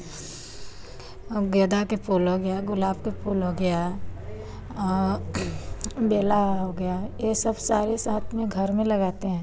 और गेंदा का फूल हो गया गुलाब का फूल हो गया बेला हो गया यह सब सारे साथ में घर में लगाते हैं